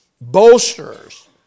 bolsters